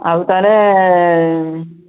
ଆଉ ତାହାହେଲେ